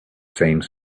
same